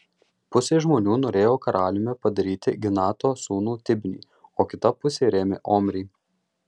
pusė žmonių norėjo karaliumi padaryti ginato sūnų tibnį o kita pusė rėmė omrį